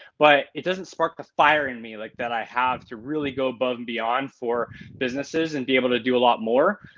but it doesn't spark the fire in me like that i have to really go above and beyond for businesses and be able to do a lot more.